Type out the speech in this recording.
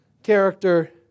character